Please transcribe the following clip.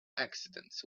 accidents